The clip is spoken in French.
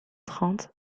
trente